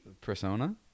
Persona